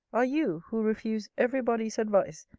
are you, who refuse ever body's advice,